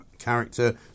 character